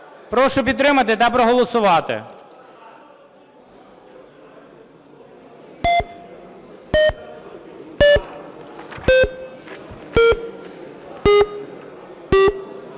Прошу підтримати та проголосувати.